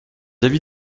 avis